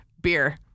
Beer